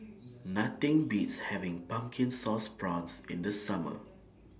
Nothing Beats having Pumpkin Sauce Prawns in The Summer